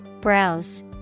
Browse